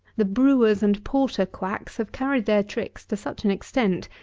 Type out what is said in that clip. the brewers and porter quacks have carried their tricks to such an extent,